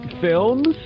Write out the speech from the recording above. films